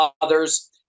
others